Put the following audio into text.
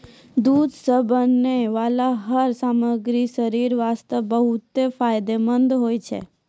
दूध सॅ बनै वाला हर सामग्री शरीर वास्तॅ बहुत फायदेमंंद होय छै